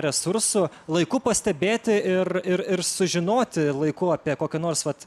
resursų laiku pastebėti ir ir ir sužinoti laiku apie kokį nors vat